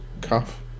Cuff